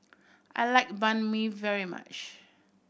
I like Banh Mi very much